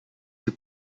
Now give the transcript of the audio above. die